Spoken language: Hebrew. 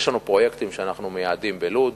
יש לנו פרויקטים שאנחנו מייעדים בלוד,